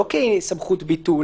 לא כסמכות ביטול